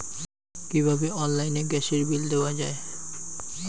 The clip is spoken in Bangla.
কিভাবে অনলাইনে গ্যাসের বিল দেওয়া যায়?